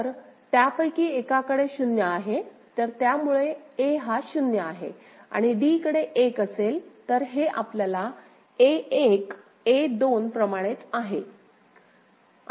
तर त्यापैकी एकाकडे 0 आहे तर त्यामुळे a हा 0 आहे आणि d कडे 1 असेल तर हे आपल्या a1 a2 प्रमाणेच आहे